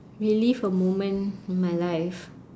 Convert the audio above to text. relive a moment in my life